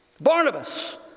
Barnabas